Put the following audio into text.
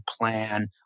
plan